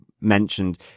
mentioned